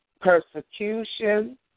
persecution